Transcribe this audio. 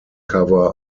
cover